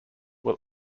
will